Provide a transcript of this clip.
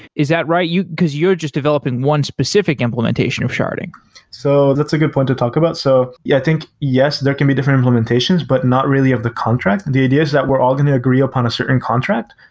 is that right? because you're just developing one specific implementation of sharding so that's a good point to talk about. so, yeah. i think, yes, there can be different implementations, but not really of the contract. and the ideas that we're all going to agree upon a certain contract.